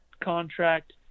contract